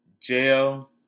jail